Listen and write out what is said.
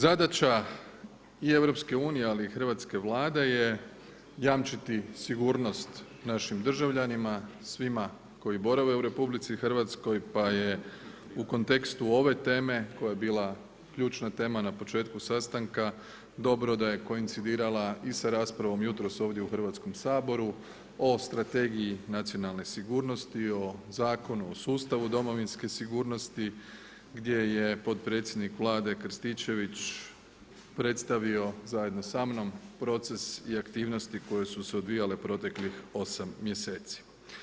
Zadaća i EU ali i hrvatske Vlade je jamčiti sigurnost našim državljanima, svima koji borave u RH, pa je u kontekstu ove teme koja je bila ključna tema na početku sastanka dobro da je koincidirala i sa raspravom jutros ovdje u Hrvatskom saboru o Strategiji nacionalne sigurnosti, o zakonu, o sustavu domovinske sigurnosti gdje je potpredsjednik Vlade Krstičević predstavio zajedno samnom proces i aktivnosti koje su se odvijale proteklih 8 mjeseci.